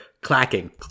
clacking